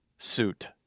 suit